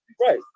Right